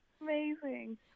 Amazing